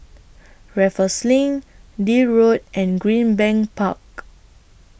Raffles LINK Deal Road and Greenbank Park